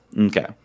Okay